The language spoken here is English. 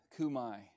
kumai